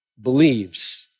believes